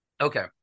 Okay